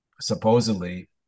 supposedly